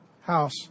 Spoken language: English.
house